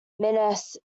minas